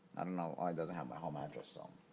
and and oh it doesn't have my home address. so